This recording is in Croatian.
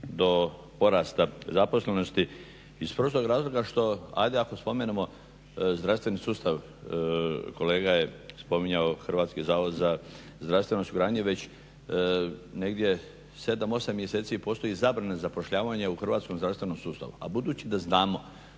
do porasta zaposlenosti iz prostog razloga što ajde ako spomenemo zdravstveni sustav, kolega je spominjao HZZO, već negdje 7, 8 mjeseci postoji zabrana zapošljavanja u hrvatskom zdravstvenom sustavu. A budući da znamo